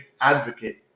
advocate